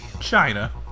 China